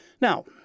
Now